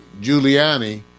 Giuliani